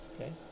okay